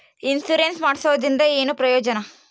Insurance ಮಾಡ್ಸೋದರಿಂದ ಏನು ಪ್ರಯೋಜನ?